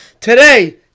Today